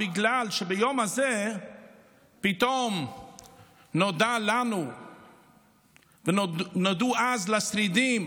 בגלל שביום הזה פתאום נודעו לנו ונודעו אז לשרידים,